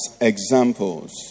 examples